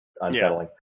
unsettling